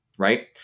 right